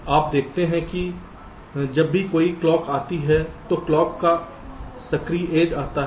तो आप देखते हैं कि जब भी कोई क्लॉक आती है तो क्लॉक का सक्रिय एज आता है